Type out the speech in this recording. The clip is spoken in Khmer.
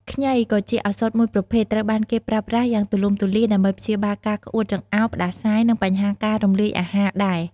ខ្ញី ក៏ជាឱសថមួយប្រភេទ ត្រូវបានគេប្រើប្រាស់យ៉ាងទូលំទូលាយដើម្បីព្យាបាលការក្អួតចង្អោរ ផ្តាសាយ និងបញ្ហាការរំលាយអាហារដែរ។